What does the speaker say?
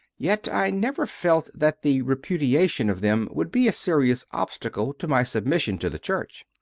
yet i never felt that the repudiation of them would be a serious obstacle to my submission to the church.